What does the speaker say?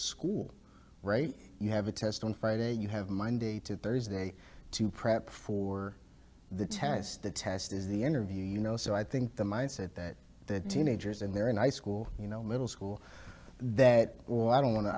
school you have a test on friday you have monday to thursday to prep for the test the test is the interview you know so i think the mindset that the teenagers in there and i school you know middle school that i don't want to